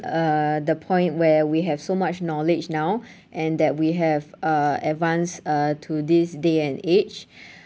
uh the point where we have so much knowledge now and that we have uh advanced uh to this day and age